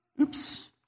Oops